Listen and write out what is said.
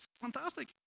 fantastic